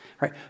right